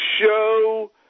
show